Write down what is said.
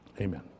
Amen